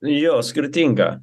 jo skirtinga